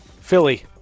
Philly